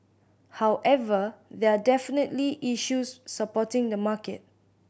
however there are definitely issues supporting the market